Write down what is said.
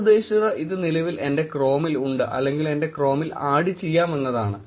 ഞാൻ ഉദ്ദേശിച്ചത് ഇത് നിലവിൽ എന്റെ ക്രോമിൽ ഉണ്ട് അല്ലെങ്കിൽ ഇത് ക്രോമിൽ ആഡ് ചെയ്യാം എന്നതാണ്